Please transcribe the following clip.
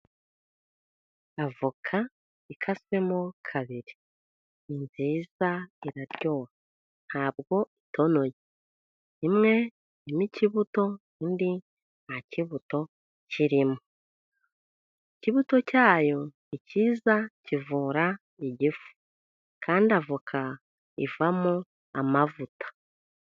Avoka ikaswemo kabiri ni nziza iraryoha ntabwo itonoye imwe irimo ikibuto indi nta kibuto kirimo. Ikibuto cyayo ni kiza kivura igifu kandi avoka ivamo amavuta.